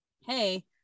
hey